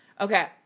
Okay